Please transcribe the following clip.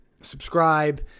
subscribe